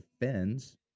defends